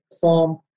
form